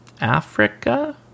Africa